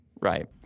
Right